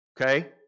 Okay